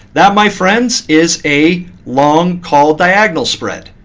that, my friends, is a long call diagonal spread,